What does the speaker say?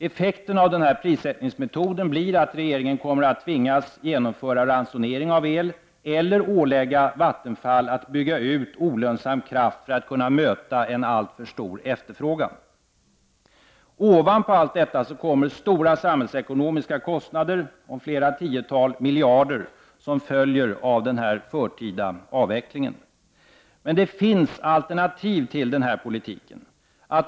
Effekten av den här prissättningsmetoden blir att regeringen kommer att tvingas genomföra ransonering av el eller ålägga Vattenfall att bygga ut olönsam kraft för att möta en alltför stor efterfrågan. Ovanpå allt detta kommer stora samhällsekonomiska kostnader på flera tiotal miljarder kronor som följer av den förtida avvecklingen. Men det finns alternativ till den här politiken.